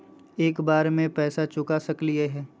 एक बार में पैसा चुका सकालिए है?